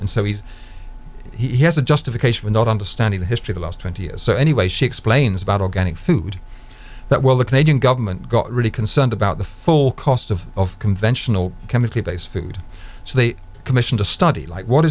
and so he's he has a justification for not understanding the history the last twenty years so anyway she explains about organic food that well the canadian government got really concerned about the full cost of of conventional chemically based food so they commissioned a study like what